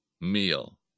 meal